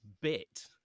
bit